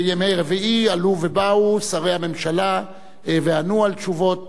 בימי רביעי עלו ובאו שרי הממשלה וענו על תשובות